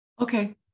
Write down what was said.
okay